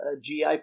GI